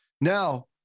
Now